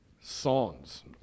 songs